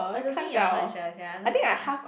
I don't think you're conscious ya I don't think